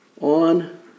On